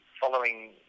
following